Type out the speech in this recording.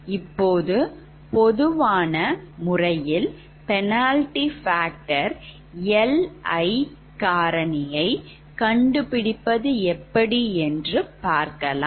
இப்போது பொதுவான முறையில் penalty factor காரணியை கண்டுபிடிப்பது எப்படி என்று பார்க்கலாம்